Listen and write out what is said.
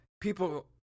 People